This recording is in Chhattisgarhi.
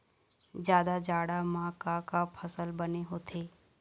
जादा जाड़ा म का का फसल बने होथे?